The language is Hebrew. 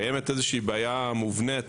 קיימת איזושהי בעיה מובנית.